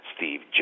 Steve